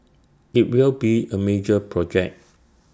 IT will be A major project